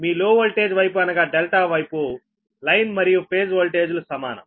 మీ low voltage వైపు అనగా delta వైపు లైన్ మరియు ఫేజ్ వోల్టేజ్ లు సమానం